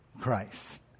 Christ